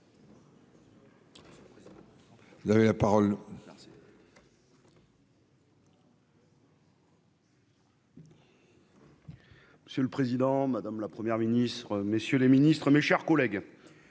Monsieur le Président Madame la première ministre, messieurs les ministres, mes chers collègues,